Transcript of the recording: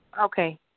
Okay